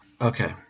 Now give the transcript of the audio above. Okay